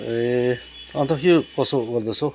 ए अन्त के हो कसो गर्दैछौ हौ